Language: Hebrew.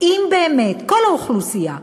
אם באמת כל האוכלוסייה,